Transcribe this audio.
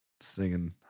singing